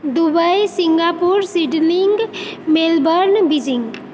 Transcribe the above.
Dubai Singapore Sydney Melbourne Beijing